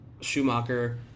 Schumacher